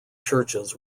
churches